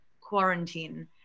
quarantine